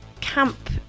camp